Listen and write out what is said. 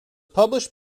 published